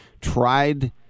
tried